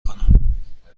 کنیم